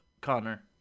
connor